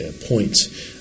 points